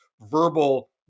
verbal